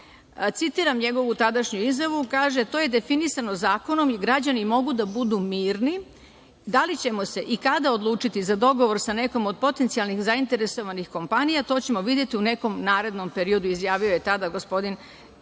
njegovu tadašnju izjavu, koja kaže: „To je definisano zakonom i građani mogu da budu mirni. Da li ćemo se i kada odlučiti za dogovor sa nekom od potencijalnih zainteresovanih kompanija, to ćemo videti u nekom narednom periodu“, izjavio je tadašnji